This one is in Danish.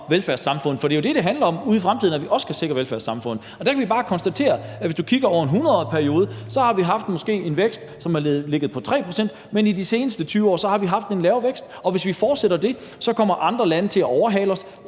Det er jo det, det handler om, altså at vi ude i fremtiden også kan sikre velfærdssamfundet, og der kan vi bare konstatere, at hvis man kigger over en periode på 100 år, har vi måske haft en vækst, som har ligget på 3 pct., men i de seneste 20 år har vi haft en lavere vækst, og hvis vi fortsætter det, kommer andre lande til at overhale os,